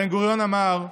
בן-גוריון אמר: